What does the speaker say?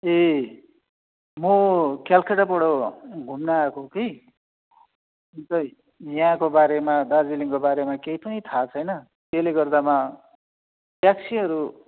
ए म कलकत्ताबाट घुम्न आएको कि सिधै यहाँको बारेमा दार्जिलिङको बारेमा केही पनि थाहा छैन त्यसले गर्दामा ट्याक्सीहरू